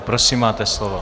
Prosím, máte slovo.